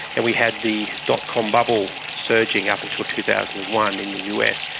and we had the dot com bubble surging up until two thousand and one in the us,